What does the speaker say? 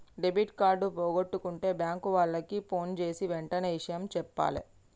debit card పోగొట్టుకుంటే bank వాళ్లకి ఫోన్జేసి వెంటనే ఇషయం జెప్పాలే